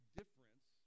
difference